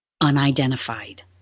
unidentified